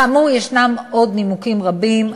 כאמור, יש עוד נימוקים רבים.